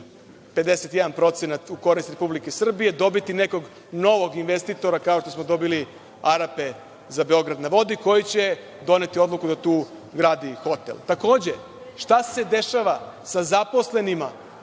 51% u korist Republike Srbije, dobiti nekog novog investitora, kao što smo dobili Arape za Beograd na vodi, koji će doneti odluku da tu gradi hotel. Takođe, šta se dešava sa sadašnjim